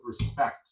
respect